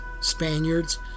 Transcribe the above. Spaniards